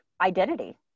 identity